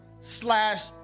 slash